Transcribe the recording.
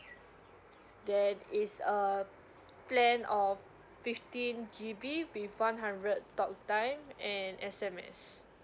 that is a plan of fifteen G_B with one hundred talk time and S_M_S